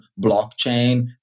blockchain